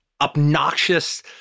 obnoxious